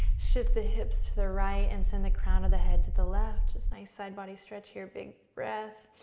shift the hips to the right and send the crown of the head to the left, just nice side body stretch here, big breath.